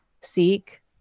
seek